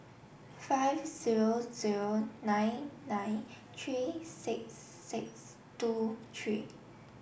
five zero zero nine nine three six six two three